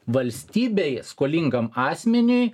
valstybei skolingam asmeniui